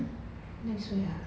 next week ah